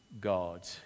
God